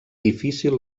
difícil